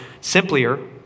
simpler